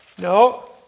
No